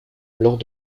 lors